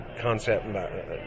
concept